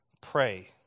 pray